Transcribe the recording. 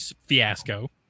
fiasco